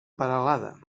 peralada